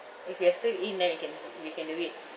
if you are still in then you can you can do it